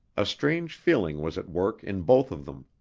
a strange feeling was at work in both of them.